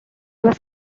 was